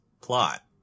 plot